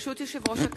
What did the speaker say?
ברשות יושב-ראש הכנסת,